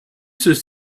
ceux